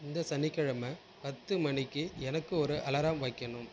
இந்த சனிக்கெழம பத்து மணிக்கு எனக்கு ஒரு அலாரம் வைக்கணும்